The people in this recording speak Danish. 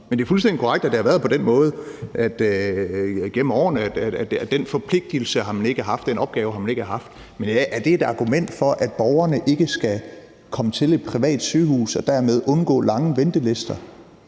Men det er fuldstændig korrekt, at det har været på den måde gennem årene, at man ikke har haft den forpligtelse, den opgave, men er det et argument for, at borgerne ikke skal komme til et privat sygehus og dermed undgå lange ventelister?